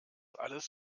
alles